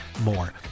more